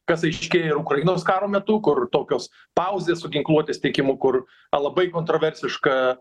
kas aiškėja ir ukrainos karo metu kur tokios pauzės su ginkluotės tiekimu kur labai kontroversiška